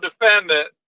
defendant